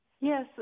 Yes